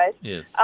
Yes